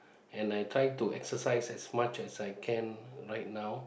and I try to exercise as much as I can right now